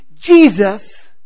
Jesus